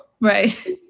Right